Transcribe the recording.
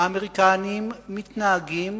האמריקנים מתנהגים